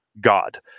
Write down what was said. God